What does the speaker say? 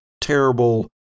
terrible